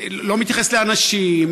לא מתייחס לאנשים,